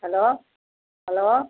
hello hello